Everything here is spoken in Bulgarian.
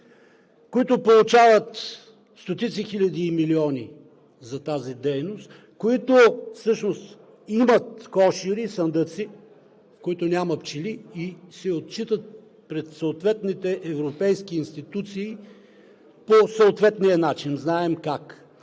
получавайки стотици хиляди и милиони за тази дейност, които всъщност имат кошери и сандъци, в които няма пчели, и се отчитат пред съответните европейски институции по съответния начин – знаем как.